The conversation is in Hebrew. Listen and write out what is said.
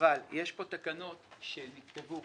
אבל יש פה תקנות שנכתבו